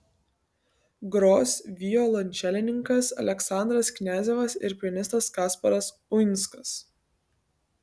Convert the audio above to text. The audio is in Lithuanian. gros violončelininkas aleksandras kniazevas ir pianistas kasparas uinskas